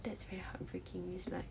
that's very heartbreaking it's like